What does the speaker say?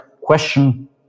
question